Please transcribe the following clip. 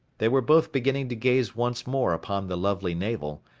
they were both beginning to gaze once more upon the lovely navel,